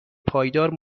پایدار